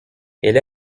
elle